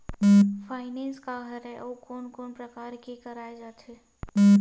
Finance का हरय आऊ कोन कोन प्रकार ले कराये जाथे?